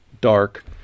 dark